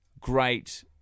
great